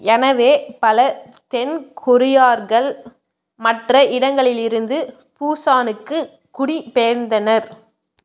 எனவே பல தென் கொரியார்கள் மற்ற இடங்களிலிருந்து புசானுக்குக் குடி பெயர்ந்தனர்